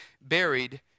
buried